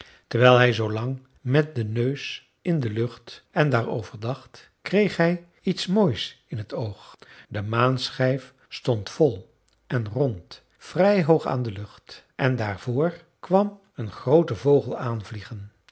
terwijl hij zoo lag met den neus in de lucht en daarover dacht kreeg hij iets moois in het oog de maanschijf stond vol en rond vrij hoog aan de lucht en daar voor kwam een groote vogel aanvliegen